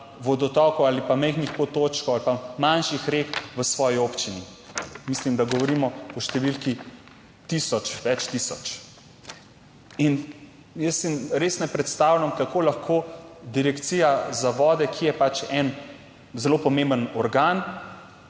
vodotokov ali pa majhnih potočkov ali pa manjših rek v svoji občini. Mislim, da govorimo o številki tisoč, več tisoč. In jaz si res ne predstavljam, kako lahko Direkcija za vode, ki je pač en zelo pomemben organ,